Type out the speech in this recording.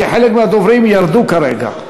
כי חלק מהדוברים ירדו כרגע.